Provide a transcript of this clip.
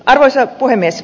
arvoisa puhemies